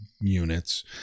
units